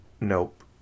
Nope